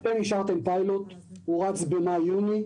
אתם אישרתם פיילוט, הוא רץ במאי-יוני.